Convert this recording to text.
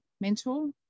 mentor